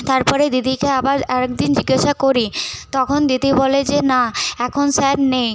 তারপরে দিদিকে আবার আরেক দিন জিজ্ঞেসা করি তখন দিদি বলে যে না এখন স্যার নেই